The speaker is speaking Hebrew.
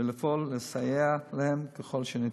ולפעול לסייע להם ככל שניתן.